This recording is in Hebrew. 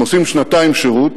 הם עושים שנתיים שירות